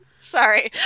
Sorry